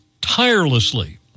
tirelessly